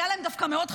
היה להם מאוד חשוב,